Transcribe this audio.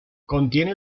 contiene